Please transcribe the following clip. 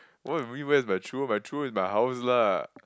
what you mean where is my true my true is my house lah